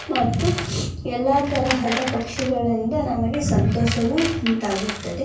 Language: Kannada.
ಮತ್ತು ಎಲ್ಲ ತರಹದ ಪಕ್ಷಿಗಳಿಂದ ನಮಗೆ ಸಂತೋಷವೂ ಉಂಟಾಗುತ್ತದೆ